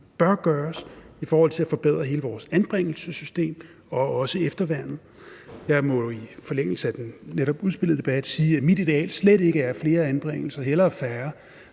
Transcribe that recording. bør gøres i forhold til at forbedre hele vores anbringelsessystem og også efterværnet. Jeg må i forlængelse af den netop udspillede debat sige, at mit ideal slet ikke er flere anbringelser, hellere færre.